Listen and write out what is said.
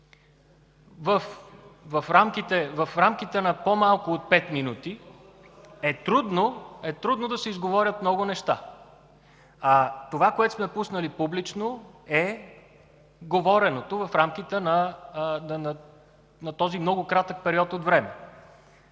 В рамките на по-малко от пет минути е трудно да се изговорят много неща. (Шум в БСП ЛБ.) Това, което сме пуснали публично, е говореното в рамките на този много кратък период от време.